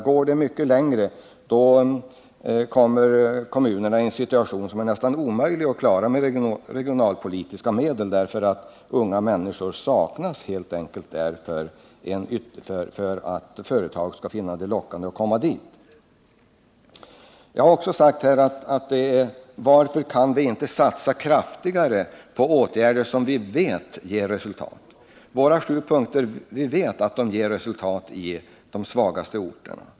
Går det mycket längre hamnar kommunerna i en situation som är nästan omöjlig att klara med regionalpolitiska medel. Det saknas helt enkelt unga människor för att företag skall finna det lockande att komma till dessa kommuner. Jag har också frågat varför vi inte kan satsa kraftigare på åtgärder som vi vet ger resultat. Vi vet att ett genomförande av vårt program i sju punkter ger resultat i de svagaste orterna.